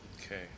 Okay